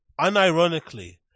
unironically